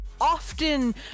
often